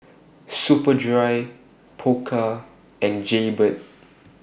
Superdry Pokka and Jaybird